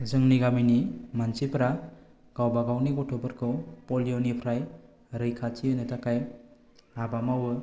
जोंनि गामिनि मानसिफोरा गावबा गावनि गथ'फोरखौ पलिय' निफ्राय रैखाथि होनो थाखाइ हाबा मावो